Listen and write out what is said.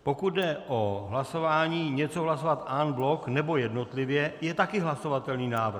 Pokud jde o hlasování něco hlasovat en bloc, nebo jednotlivě, je také hlasovatelný návrh.